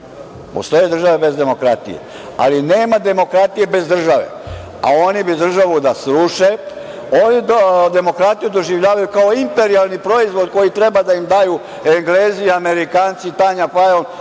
postoje države bez demokratije, ali nema demokratije bez države, a oni bi državu da sruše. Oni demokratiju doživljavaju kao imperijalni proizvod koji treba da im daju Englezi, Amerikanci, Tanja Fajon